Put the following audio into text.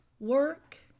work